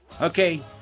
Okay